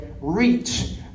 reach